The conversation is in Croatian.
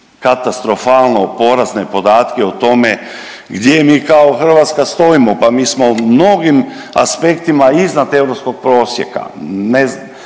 katastrofalno porazne podatke o tome gdje mi kao Hrvatska stojimo. Pa mi smo u mnogim aspektima iznad europskog prosjeka.